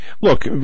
look